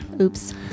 oops